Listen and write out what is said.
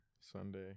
Sunday